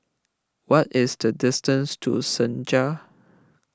what is the distance to Senja